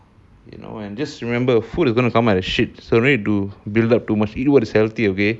you know and just remember food is going to come out as shit so no need to eat too much eat what is healthy okay